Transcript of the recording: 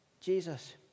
Jesus